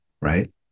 right